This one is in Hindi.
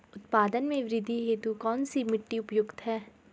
उत्पादन में वृद्धि हेतु कौन सी मिट्टी उपयुक्त है?